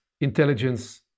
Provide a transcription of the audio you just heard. intelligence